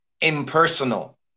impersonal